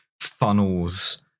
funnels